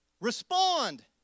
respond